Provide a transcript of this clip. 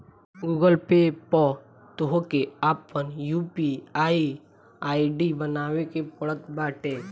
Google Pay पअ तोहके आपन यू.पी.आई आई.डी बनावे के पड़त बाटे